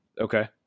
Okay